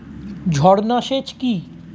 ঝর্না সেচ কি?